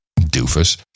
doofus